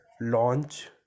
launch